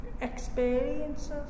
Experiences